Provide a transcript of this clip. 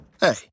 Hey